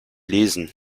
lesen